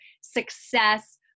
success